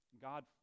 God